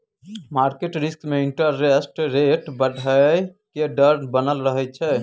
market risk में interest rate बढ़इ के डर बनल रहइ छइ